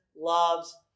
loves